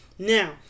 Now